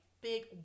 Big –